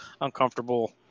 uncomfortable